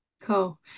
Cool